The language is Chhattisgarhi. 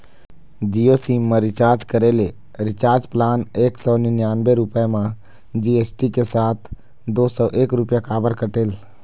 जियो सिम मा रिचार्ज करे ले रिचार्ज प्लान एक सौ निन्यानबे रुपए मा जी.एस.टी के साथ दो सौ एक रुपया काबर कटेल?